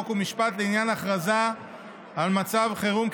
חוק ומשפט לעניין הכרזה על מצב חירום,